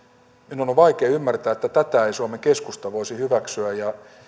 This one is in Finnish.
minun on on vaikeaa ymmärtää että tätä ei suomen keskusta voisi hyväksyä ja